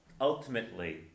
ultimately